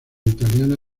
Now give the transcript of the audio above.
italiana